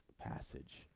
passage